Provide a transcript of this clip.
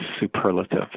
superlative